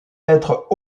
lettres